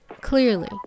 Clearly